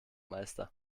meister